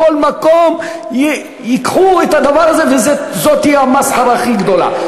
בכל מקום ייקחו את הדבר הזה וזו תהיה המסחרה הכי גדולה.